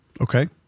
Okay